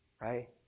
right